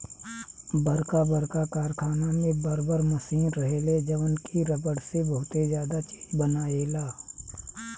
बरका बरका कारखाना में बर बर मशीन रहेला जवन की रबड़ से बहुते ज्यादे चीज बनायेला